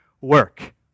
work